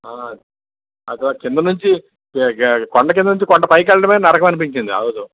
ఆ అసల కింద నుంచి కొండ కింద నుంచి కొండ పైకి వెళ్లడమే నరకం అనిపించింది ఆ రోజు